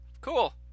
cool